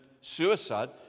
suicide